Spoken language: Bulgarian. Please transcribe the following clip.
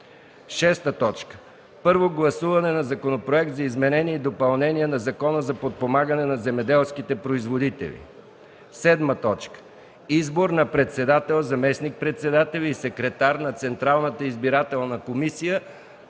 6. Първо гласуване на Законопроекта за изменение и допълнение на Закона за подпомагане на земеделските производители. 7. Избор на председател, заместник-председатели и секретар на Централната избирателна комисия.